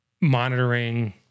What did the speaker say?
monitoring